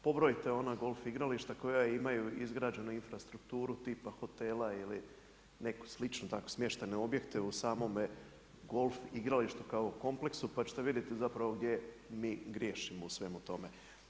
Pobrojite ona golf igrališta koja imaju izgrađenu infrastrukturu tipa hotela ili neku sličnu, tako smještene objekte u samome golf igralištu kao kompleksu pa ćete visjeti zapravo gdje mi griješimo u svemu tome.